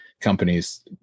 Companies